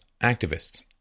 activists